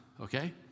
okay